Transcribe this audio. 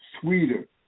sweeter